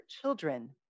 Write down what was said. children